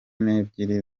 nebyiri